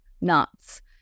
nuts